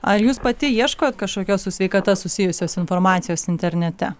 ar jūs pati ieškot kažkokios su sveikata susijusios informacijos internete